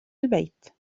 البيت